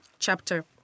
Chapter